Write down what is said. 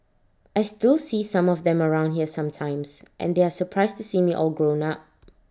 I still see some of them around here sometimes and they are surprised to see me all grown up